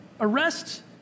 arrests